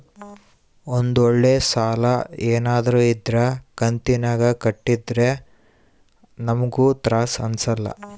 ಒಂದ್ವೇಳೆ ಸಾಲ ಏನಾದ್ರೂ ಇದ್ರ ಕಂತಿನಾಗ ಕಟ್ಟಿದ್ರೆ ನಮ್ಗೂ ತ್ರಾಸ್ ಅಂಸಲ್ಲ